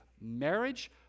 marriage